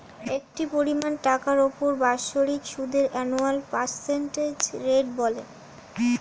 একটি পরিমাণ টাকার উপর তার বাৎসরিক সুদকে অ্যানুয়াল পার্সেন্টেজ রেট বলে